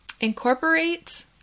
incorporate